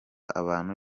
abantu